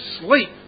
sleep